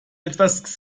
etwas